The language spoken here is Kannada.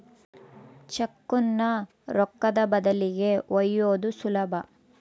ಚೆಕ್ಕುನ್ನ ರೊಕ್ಕದ ಬದಲಿಗಿ ಒಯ್ಯೋದು ಸುಲಭ